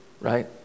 right